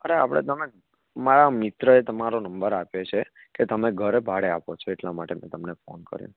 અરે આપણે તમે મારા મિત્રએ તમારો નંબર આપ્યો છે કે તમે ઘરે ભાડે આપો છો એટલાં માટે મેં તમને ફોન કર્યો